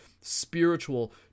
spiritual